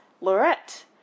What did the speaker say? Lorette